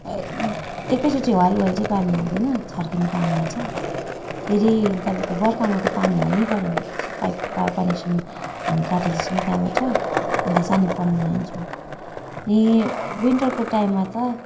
एकैचोटि ह्वालह्लाल चाहिँ पानी हाल्दैन छर्किने पानी हाल्छ फेरि तपाईँको बर्खामा त पानी हाल्नै परेन सो पाइपको का कनेक्सन हामी काटिदिन्छौँ त्यहाँबाट अन्त सानो पोन्ड बनाइदिन्छौँ अनि विन्टरको टाइममा त